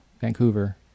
Vancouver